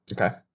Okay